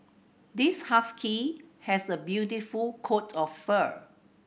this husky has a beautiful coat of fur